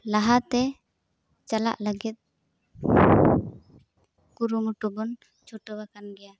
ᱞᱟᱦᱟᱛᱮ ᱪᱟᱞᱟᱜ ᱞᱟᱹᱜᱤᱫ ᱠᱩᱨᱩᱢᱩᱴᱩᱵᱚᱱ ᱪᱷᱩᱴᱟᱹᱣᱟᱠᱟᱱ ᱜᱮᱭᱟ